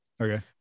okay